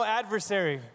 adversary